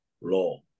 Law